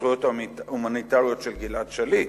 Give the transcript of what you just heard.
הזכויות ההומניטריות של גלעד שליט.